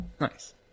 Nice